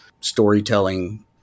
storytelling